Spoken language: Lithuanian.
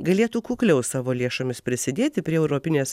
galėtų kukliau savo lėšomis prisidėti prie europinės